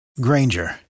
Granger